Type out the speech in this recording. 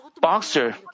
boxer